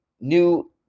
new